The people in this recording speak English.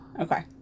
Okay